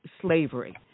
slavery